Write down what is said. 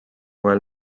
while